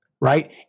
right